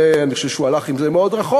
ואני חושב שהוא הלך עם זה מאוד רחוק,